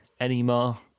anymore